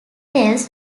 tells